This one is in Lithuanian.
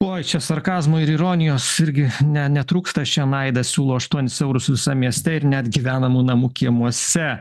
uoj čia sarkazmo ir ironijos irgi ne netrūksta šian aidas siūlo aštuonis eurus visam mieste ir net gyvenamų namų kiemuose